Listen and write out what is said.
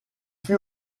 fut